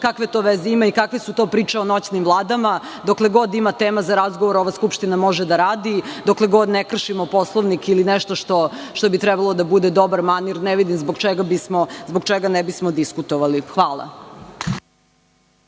Kakve to veze ima? Kakve su to priče o noćnim vladama? Dokle god ima tema za razgovor ova skupština može da radi. Dokle god ne kršimo Poslovnik ili nešto što bi trebalo da bude dobar manir, ne vidim zbog čega ne bismo diskutovali. Hvala.